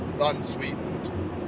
unsweetened